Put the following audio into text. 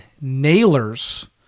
Nailers